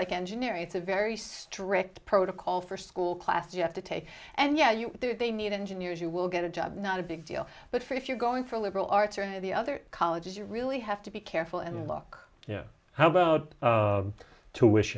like engineering it's a very strict protocol for school classes you have to take and yeah you do they need engineers you will get a job not a big deal but for if you're going for a liberal arts or the other colleges you really have to be careful and look you know how about to wish